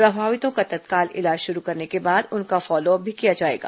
प्रभावितों का तत्काल इलाज शुरू करने के बाद उनका फॉलो अप भी किया जाएगा